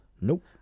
nope